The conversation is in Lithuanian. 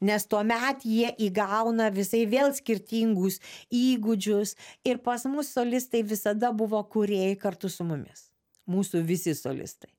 nes tuomet jie įgauna visai vėl skirtingus įgūdžius ir pas mus solistai visada buvo kūrėjai kartu su mumis mūsų visi solistai